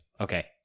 okay